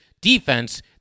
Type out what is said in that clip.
defense